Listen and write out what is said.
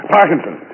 Parkinson